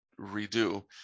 redo